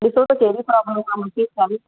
ॾिसो त कहिड़ी प्रोब्लम आहे